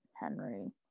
Henry